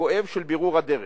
וכואב של בירור הדרך,